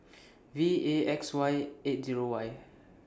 V A X eight Zero Y